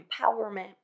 empowerment